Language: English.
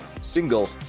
single